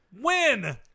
Win